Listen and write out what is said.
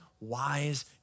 wise